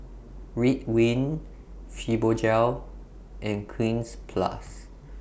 Ridwind Fibogel and Cleanz Plus